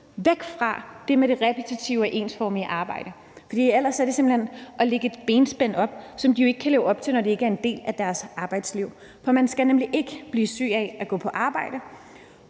, fra det, der angår det repetitive og ensformige arbejde, for ellers er det simpelt hen at lægge et benspænd op, så de ikke kan leve op til kravene, når det ikke er en del af deres arbejdsliv. For man skal nemlig ikke blive syg af at gå på arbejde,